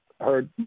heard